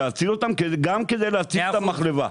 להציל אותם כדי להציל גם את המחלבה.